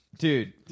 Dude